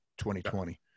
2020